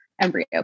Embryo